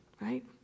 right